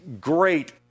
great